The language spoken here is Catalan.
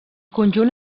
conjunt